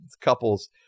couples